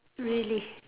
really